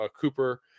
Cooper